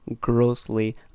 grossly